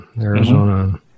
Arizona